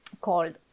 called